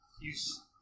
use